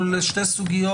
או שאלה שתי סוגיות